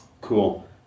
Cool